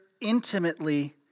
intimately